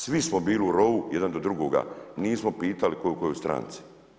Svi smo bili u rovu, jedan do drugoga, nismo pitali tko je u kojoj stranci.